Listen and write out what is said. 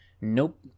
Nope